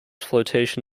flotation